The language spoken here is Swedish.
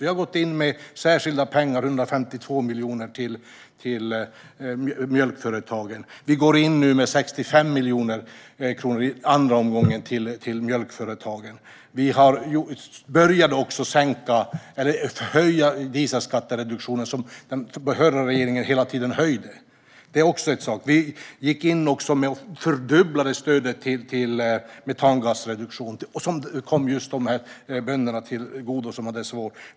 Vi har gått in med särskilda pengar, 152 miljoner, till mjölkföretagen. Vi går nu i andra omgången in med 65 miljoner kronor till mjölkföretagen. Vi började också höja dieselskattereduktionen - den förra regeringen höjde hela tiden skatten. Vi fördubblade stödet till metangasreduktion. Det kom just de bönder till godo som hade det svårt.